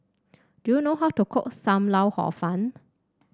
do you know how to cook Sam Lau Hor Fun